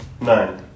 Nine